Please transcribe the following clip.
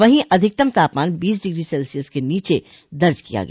वहीं अधिकतम तापमान बीस डिग्री सेल्सियस के नीचे दर्ज किया गया